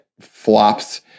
flops